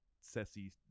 sassy